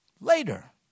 later